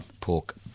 pork